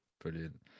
brilliant